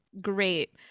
great